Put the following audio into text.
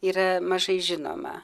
yra mažai žinoma